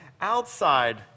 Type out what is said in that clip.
outside